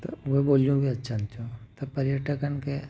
त उहा ॿोलियूं बि अचनि थियूं त पर्यटकनि खे